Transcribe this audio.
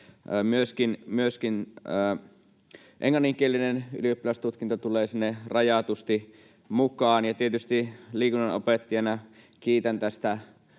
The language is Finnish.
Myöskin englanninkielinen ylioppilastutkinto tulee sinne rajatusti mukaan. Ja tietysti liikunnanopettajana kiitän tästä,